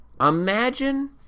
Imagine